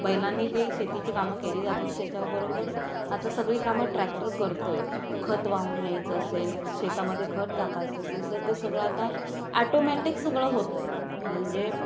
बैलांनी जे शेतीची कामं केली जातो त्याच्याबरोबर आता सगळी कामं ट्रॅक्टर करतो आहे खत वाहून न्यायचं असेल शेतामध्ये खत टाकायचं असेल तर ते सगळं आता ॲटोमॅटिक सगळं होतं आहे म्हणजे